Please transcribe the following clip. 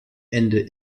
ende